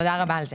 תודה רבה על זה.